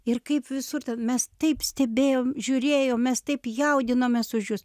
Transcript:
ir kaip visur ten mes taip stebėjom žiūrėjom mes taip jaudinomės už jus